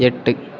எட்டு